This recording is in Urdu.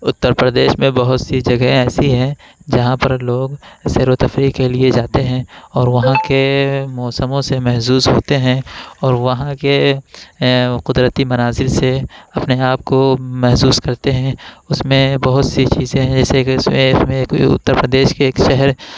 اتر پردیش میں بہت سی جگہیں ایسی ہیں جہاں پر لوگ سیر و تفریح کے لیے جاتے ہیں اور وہاں کے موسموں سے محظوظ ہوتے ہیں اور وہاں کے قدرتی مناظر سے اپنے آپ کو محظوظ کرتے ہیں اس میں بہت سی چیزیں ہیں جیسے کہ اس میں ایک اتر پردیش کا ایک شہر